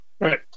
Right